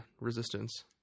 Resistance